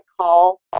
call